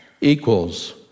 equals